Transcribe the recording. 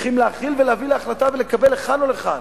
צריכים להכיל ולהביא להחלטה ולקבל לכאן או לכאן,